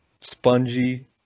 spongy